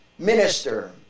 minister